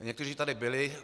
Někteří tady byli.